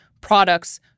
products